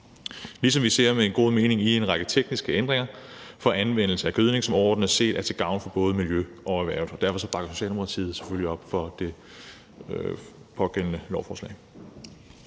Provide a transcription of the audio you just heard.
ligesom vi ser god mening med en række tekniske ændringer for anvendelse af gødning, som overordnet set er til gavn for både miljø og erhverv. Derfor bakker Socialdemokratiet selvfølgelig op om det pågældende lovforslag.